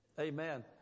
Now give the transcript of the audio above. Amen